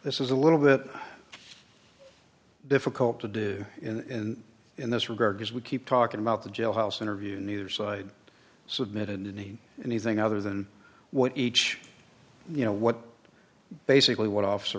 this is a little bit difficult to do in in this regard as we keep talking about the jailhouse interview neither side so that in anything other than what each you know what basically what officer